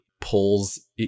pulls